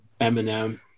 Eminem